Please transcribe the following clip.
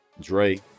Dre